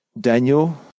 Daniel